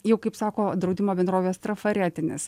jau kaip sako draudimo bendrovės trafaretinis